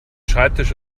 schreibtisch